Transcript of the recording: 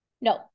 no